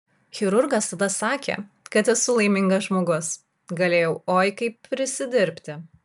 chirurgas tada sakė kad esu laimingas žmogus galėjau oi kaip prisidirbti